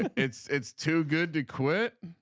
it's it's too good to quit.